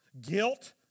guilt